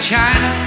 China